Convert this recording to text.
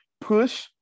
push